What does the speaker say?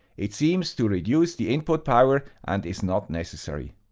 it seems to reduce the input power and is not necessary.